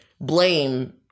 blame